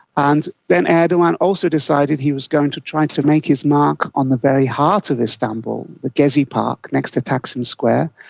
and then and erdogan also decided he was going to try to make his mark on the very heart of istanbul, the gezi park next to taksim square,